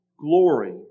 glory